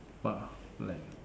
!wah! like